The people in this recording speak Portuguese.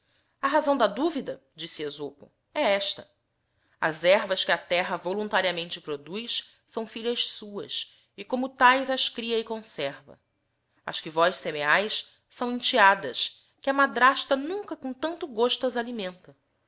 respona razão da dúvida disse esopo desse he esta as hervas que a terra volunfilhas suas e tariamente produz são as que como taes as cria e conserva vós semeais são enteadas que a madrasta nunca com tanto gosto as alimenta